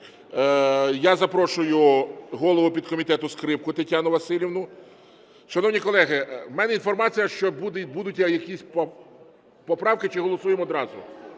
Я запрошую голову підкомітету Скрипку Тетяну Василівну. Шановні колеги, в мене інформація, що будуть якісь поправки. Чи голосуємо одразу?